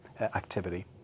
activity